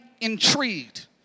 intrigued